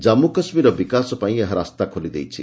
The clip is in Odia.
ଜାନ୍ମୁ କାଶ୍ମୀରର ବିକାଶ ପାଇଁ ରାସ୍ତା ଖୋଲି ଦେଇଛି